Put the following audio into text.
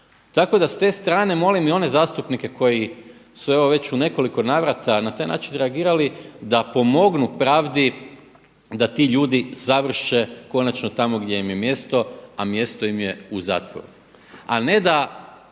Tako da ste strne molim i one zastupnike koji su evo već u nekoliko navrata na taj način reagirali da pomognu pravdi da ti ljudi završe konačno tamo gdje im je mjesto, a mjesto im je u zatvoru.